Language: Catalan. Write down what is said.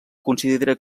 considera